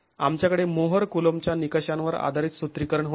आमच्याकडे मोहर कुलोंबच्या निकषांवर आधारित सूत्रीकरण होते